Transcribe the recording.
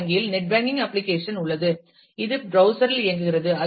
C வங்கியில் net banking application உள்ளது இது ப்ரௌஸ்சர் இல் இயங்குகிறது